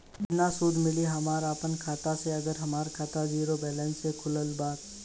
केतना सूद मिली हमरा अपना खाता से अगर हमार खाता ज़ीरो बैलेंस से खुली तब?